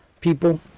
people